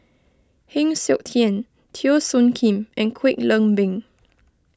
Heng Siok Tian Teo Soon Kim and Kwek Leng Beng